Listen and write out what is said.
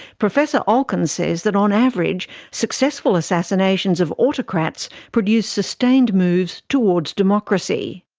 professor olken says that on average, successful assassinations of autocrats produce sustained moves toward democracy.